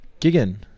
Gigan